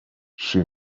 she